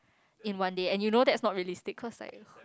in one day and you know that's not realistic cause like